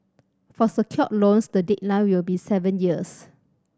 for secured loans the deadline will be seven years